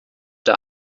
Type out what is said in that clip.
der